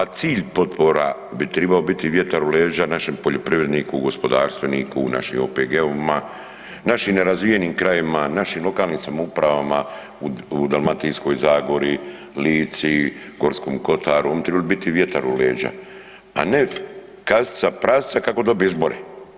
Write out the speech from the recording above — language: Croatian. Pa cilj potpora bi tribao biti vjetar u leđa našem poljoprivredniku, gospodarstveniku, našim OPG-ovima, našim nerazvijenim krajevima, našim lokalnim samoupravama u Dalmatinskoj zagori, Lici, Gorskom kotaru oni bi tribali biti vjetar u leđa, a ne kasica prasica kako dobiti izbore.